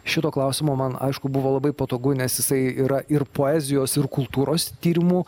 šito klausimo man aišku buvo labai patogu nes jisai yra ir poezijos ir kultūros tyrimų